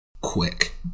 quick